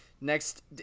Next